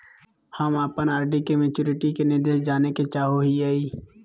हम अप्पन आर.डी के मैचुरीटी के निर्देश जाने के चाहो हिअइ